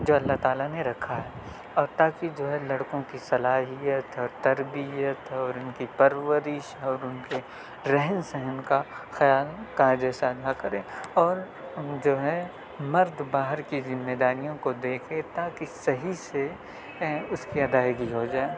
جو اللہ تعالیٰ نے رکھا ہے اور تاکہ جو ہے لڑکوں کی صلاحیت اور تربیت اور ان کی پرورش اور ان کے رہن سہن کا خیال کا جیسا نہ کرے اور جو ہے مرد باہر کی ذمہ داریوں کو دیکھے تاکہ صحیح سے اس کی ادائیگی ہو جائے